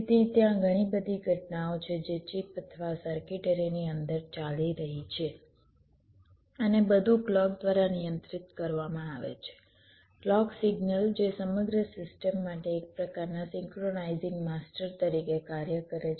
તેથી ત્યાં ઘણી બધી ઘટનાઓ છે જે ચિપ અથવા સર્કિટરીની અંદર ચાલી રહી છે અને બધું ક્લૉક દ્વારા નિયંત્રિત કરવામાં આવે છે ક્લૉક સિગ્નલ જે સમગ્ર સિસ્ટમ માટે એક પ્રકારનાં સિંક્રોનાઇઝિંગ માસ્ટર તરીકે કાર્ય કરે છે